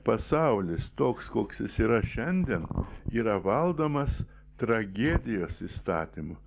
pasaulis toks koks jis yra šiandien yra valdomas tragedijos įstatymu